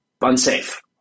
unsafe